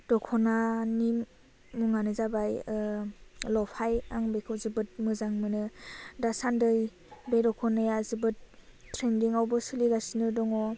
दख'नानि मुङानो जाबाय लपाइ आं बेखौ जोबोद मोजां मोनो दा सान्दै बे दख'नाया जोबोद ट्रेनदिङावबो सोलिगासिनो दङ